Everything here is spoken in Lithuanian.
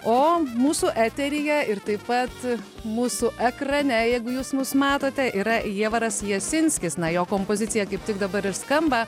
o mūsų eteryje ir taip pat mūsų ekrane jeigu jūs mus matote yra jievaras jasinskis na jo kompozicija kaip tik dabar ir skamba